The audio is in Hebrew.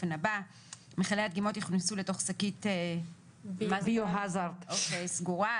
מכלי הדגימות יוכנסו לתוך שקית Biohazard סגורה,